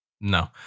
No